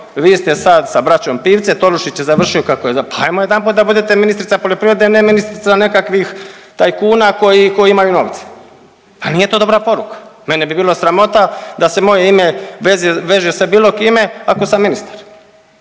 vi ste sad sa braćom Pivce, Tolušić je završio kako je, pa ajmo jedanput da budete ministrica poljoprivrede, a ne ministrica nekakvih tajkuna koji imaju novce, pa nije to dobra poruka. Mene bi bilo sramota da se moje ime veže sa bilo kime ako sam ministar.